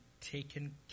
taken